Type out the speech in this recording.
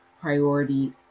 priority